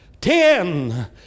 ten